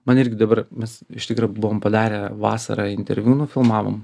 man irgi dabar mes iš tikro buvom padarę vasarą interviu nufilmavom